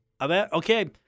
Okay